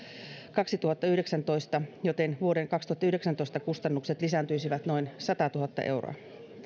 kaksituhattayhdeksäntoista joten vuoden kaksituhattayhdeksäntoista kustannukset lisääntyisivät noin satatuhatta euroa